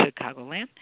Chicagoland